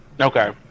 Okay